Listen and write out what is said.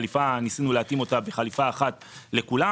שניסינו להתאים את החליפה כחליפה אחת לכולם